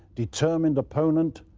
determined opponent,